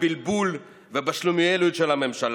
בבלבול ובשלומיאליות של הממשלה,